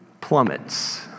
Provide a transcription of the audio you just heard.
plummets